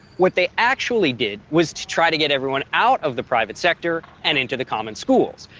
what they actually did was to try to get everyone out of the private sector and into the common schools.